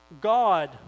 God